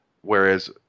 Whereas